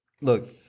look